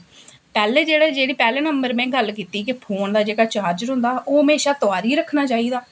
पैह्लें जेह्ड़ी पैह्ले नंबर में गल्ल कीती कि फोन दा जेह्ड़ा चार्जर होंदा ओह् हमेशा तोआरियै रक्खना चाहिदा